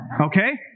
okay